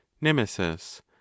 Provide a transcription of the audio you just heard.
nemesis